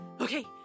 Okay